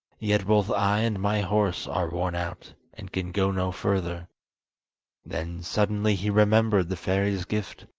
yet both i and my horse are worn out, and can go no further then suddenly he remembered the fairy's gift,